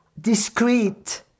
discreet